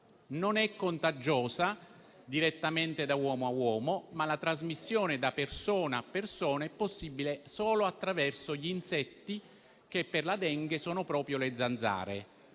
Non è contagiosa direttamente da uomo a uomo, ma la trasmissione da persona a persona è possibile solo attraverso gli insetti, che per la Dengue sono proprio le zanzare.